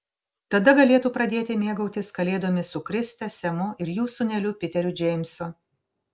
tada galėtų pradėti mėgautis kalėdomis su kriste semu ir jų sūneliu piteriu džeimsu